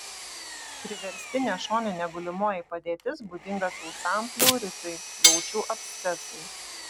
priverstinė šoninė gulimoji padėtis būdinga sausam pleuritui plaučių abscesui